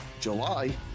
July